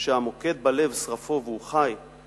שהמוקד בלב שרפו והוא חי,/